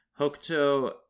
Hokuto